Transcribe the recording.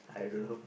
I don't know